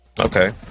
Okay